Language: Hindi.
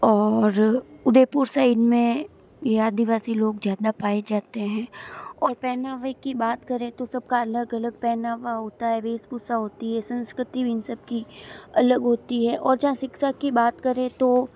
और उदयपुर साइड में ये आदिवासी लोग ज़्यादा पाए जाते हैं और पहनावे की बात करें तो सब का अलग अलग पहनावा होता है वेशभूषा होती है सांस्कृती इन सब की अलग होती है और जहाँ शिक्षा की बात करें तो